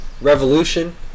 Revolution